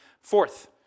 Fourth